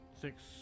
Six